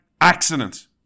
accident